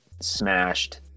smashed